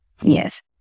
Yes